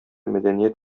мәдәният